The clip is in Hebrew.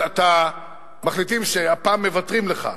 מחליטים שהפעם מוותרים לך.